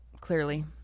clearly